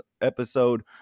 episode